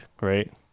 right